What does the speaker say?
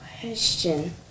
question